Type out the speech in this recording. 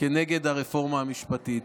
כנגד הרפורמה המשפטית.